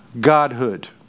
Godhood